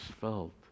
felt